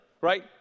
right